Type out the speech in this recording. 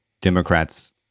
Democrats